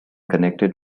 connected